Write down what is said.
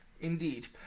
Indeed